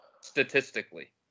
Statistically